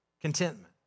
contentment